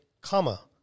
comma